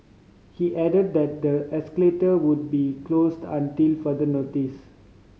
he added that the escalator would be closed until further notice